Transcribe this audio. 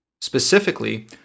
Specifically